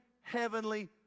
heavenly